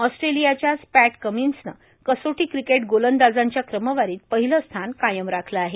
ऑस्ट्रेलियाच्याच Pat कमिन्सनं कसोटी क्रिकेट गोलंदाजांच्या क्रमवारीत पहिलं स्थान कायम राखलं आहे